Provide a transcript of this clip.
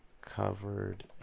covered